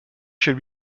chez